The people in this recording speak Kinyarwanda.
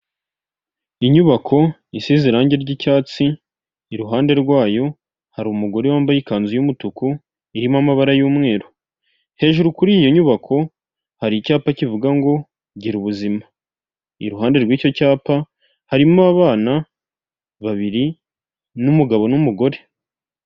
Mu buzima bw'umuntu habamo gukenera kwambara imyambaro myinshi itandukanye ndetse n'inkweto aba bagabo babiri, umwe yambaye ishati y'umweru, ipantaro y'umukara ndetse n'inkweto z'umweru undi yambaye umupira w'umukara n'ipantaro ya kacyi ndetse n'inkweto z'igitaka.